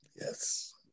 Yes